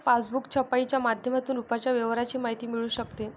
passbook छपाईच्या माध्यमातून रुपयाच्या व्यवहाराची माहिती मिळू शकते